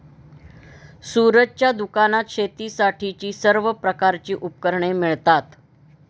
सूरजच्या दुकानात शेतीसाठीची सर्व प्रकारची उपकरणे मिळतात